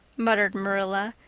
muttered marilla,